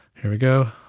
here we go.